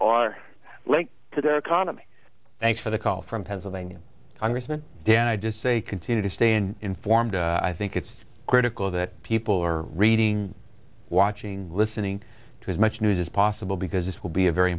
are linked to the economy thanks for the call from pennsylvania congressman dan i just say continue to stay in informed i think it's critical that people are reading watching listening to as much news as possible because this will be a very